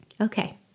Okay